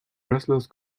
wrestlers